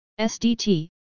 SDT